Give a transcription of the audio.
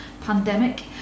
pandemic